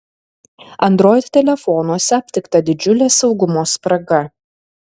android telefonuose aptikta didžiulė saugumo spraga